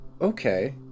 Okay